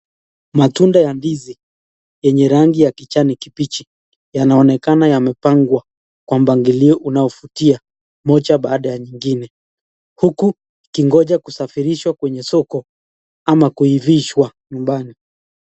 Matunda ya ndizi yenye rangi ya kijani kibichi yanaonekana yamepangwa kwa mpangilio unaovutia moja baada ya ingine huku ukingoja kusafirishwa kwenye soko ama kuivishwa nyumbani.